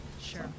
Sure